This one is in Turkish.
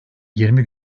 yirmi